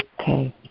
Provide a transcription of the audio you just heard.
Okay